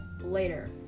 later